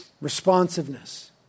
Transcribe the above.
responsiveness